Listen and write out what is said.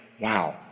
wow